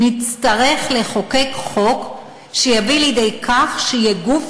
נצטרך לחוקק חוק שיביא לידי כך שיהיה גוף